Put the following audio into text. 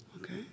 Okay